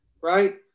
right